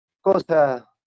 cosa